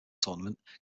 tournament